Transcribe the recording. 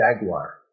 Jaguar